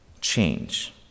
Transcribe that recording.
change